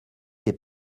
des